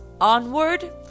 onward